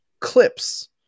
clips